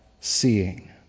seeing